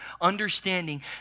understanding